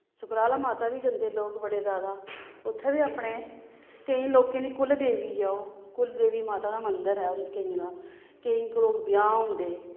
सुकराला माता बी जंदे लोग बड़े ज्यादा उत्थें बी अपने केईं लोकें दी कुल देवी ऐ ओह् कुल देवी माता दा मंदर ऐ केइयें दा केईं लोक ब्याह् औंदे